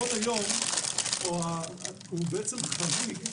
הנוהל היום הוא בעצם חריג.